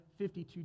52